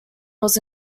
was